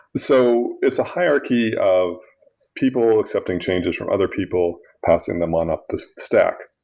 so it's a hierarchy of people accepting changes from other people, passing them on up this stack.